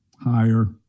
Higher